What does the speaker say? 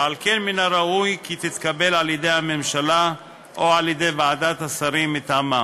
ועל כן מן הראוי כי תתקבל על-ידי הממשלה או על-ידי ועדת שרים מטעמה.